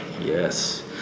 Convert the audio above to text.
yes